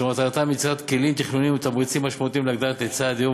אשר מטרתם יצירת כלים תכנוניים ותמריצים משמעותיים להגדלת היצע הדיור